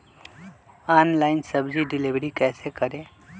Online सब्जी deliver कैसे करें?